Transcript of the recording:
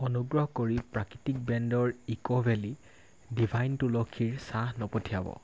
অনুগ্ৰহ কৰি প্ৰাকৃতিক ব্ৰেণ্ডৰ ইক'ভেলী ডিভাইন তুলসীৰ চাহ নপঠিয়াব